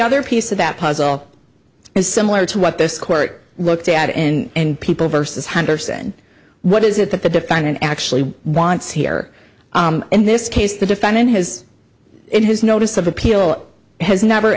other piece of that puzzle is similar to what this court looked at and people versus henderson what is it that the defendant actually wants here in this case the defendant has in his notice of appeal has never